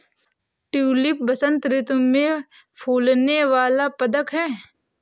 tulip बसंत ऋतु में फूलने वाला पदक है